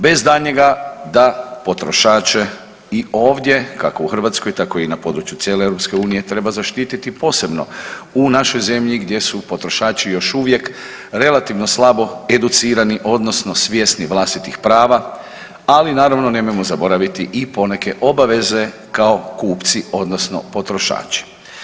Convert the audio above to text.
Bez daljnjega da potrošače i ovdje kako u Hrvatskoj tako i na području cijele Europske unije treba zaštiti posebno u našoj zemlji gdje su potrošači još uvijek relativno slabo educirani, odnosno svjesni vlastitih prava, ali naravno nemojmo zaboraviti i poneke obaveze kao kupci, odnosno kao potrošači.